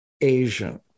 Asian